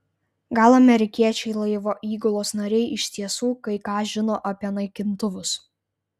gal amerikiečiai laivo įgulos nariai iš tiesų kai ką žino apie naikintuvus